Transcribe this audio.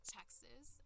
Texas